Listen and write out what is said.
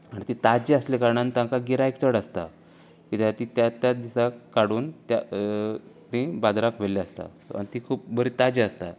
ती ताज्जी आसले कारणान तांका गिरायक चड आसता कित्याक ती त्याच दिसांक काडून त्या ती बाजारांत व्हेल्ली आसता ती खूब बरी ताजी आसता